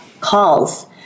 calls